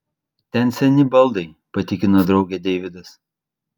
ten seni baldai patikino draugę deividas